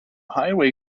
highway